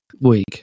week